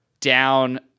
down